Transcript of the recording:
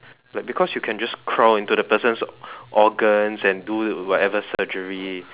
like because you can just crow into the person's organ and do whatever surgery